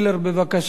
אחריו,